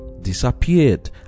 disappeared